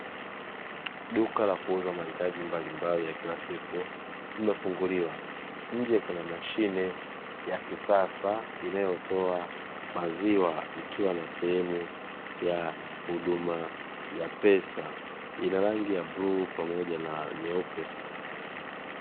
Duka la kuuza mahitaji mbalimbali ya kila siku nimefunguliwa. Nje kuna mashine ya kisasa inayotoa maziwa ikiwa na sehemu ya huduma ya pesa ina rangi ya bluu pamoja na nyeupe.